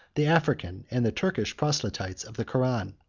the african, and the turkish proselytes of the koran.